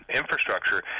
infrastructure